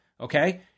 okay